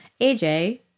aj